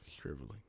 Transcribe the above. shriveling